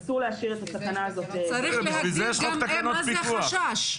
אסור להשאיר את הסכנה הזאת --- צריך גם להגדיר מה זה חשש.